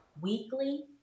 weekly